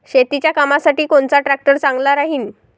शेतीच्या कामासाठी कोनचा ट्रॅक्टर चांगला राहीन?